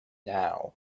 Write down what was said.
now